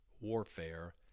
warfare